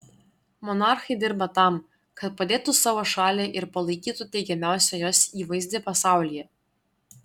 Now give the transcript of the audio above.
monarchai dirba tam kad padėtų savo šaliai ir palaikytų teigiamiausią jos įvaizdį pasaulyje